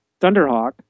Thunderhawk